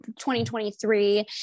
2023